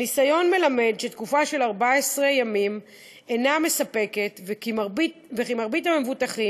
הניסיון מלמד שתקופה של 14 ימים אינה מספקת וכי מרבית המבוטחים